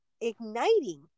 igniting